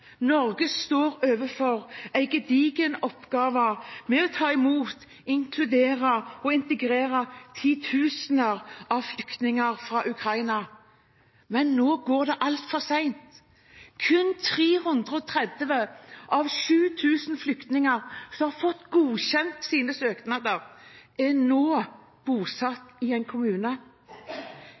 Norge står overfor en gedigen oppgave med å ta imot, inkludere og integrere titusener av flyktninger fra Ukraina. Men nå går det altfor sent. Kun 330 av 7 000 flyktninger som har fått godkjent sine søknader, er nå bosatt i en kommune.